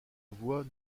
voix